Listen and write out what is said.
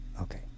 okay